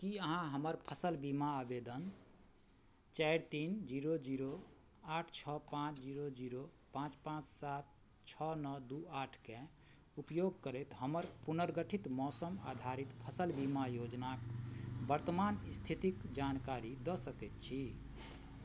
कि अहाँ हमर फसिल बीमा आवेदन चारि तीन जीरो जीरो आठ छओ पाँच जीरो जीरो पाँच पाँच सात छओ नओ दुइ आठके उपयोग करैत हमर पुनर्गठित मौसम आधारित फसिल बीमा योजनाके वर्तमान इस्थितिके जानकारी दऽ सकै छी